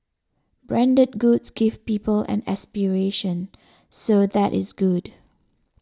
branded goods give people an aspiration so that is good